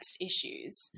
issues